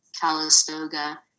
Calistoga